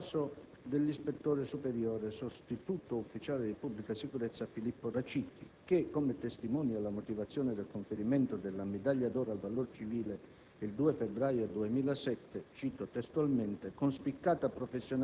garantiscono la sicurezza dei cittadini. E' il caso dell'ispettore superiore, sostituto ufficiale di pubblica sicurezza, Filippo Raciti che, come testimonia la motivazione del conferimento della medaglia d'oro al valor civile,